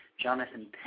Jonathan